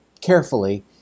carefully